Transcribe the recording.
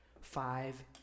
five